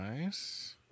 nice